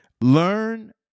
learn